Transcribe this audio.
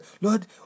Lord